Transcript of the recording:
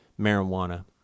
marijuana